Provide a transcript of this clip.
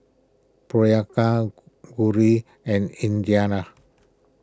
Priyanka Gauri and Indira